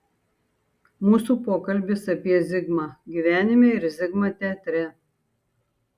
mūsų pokalbis apie zigmą gyvenime ir zigmą teatre